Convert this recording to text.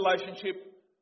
relationship